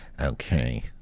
Okay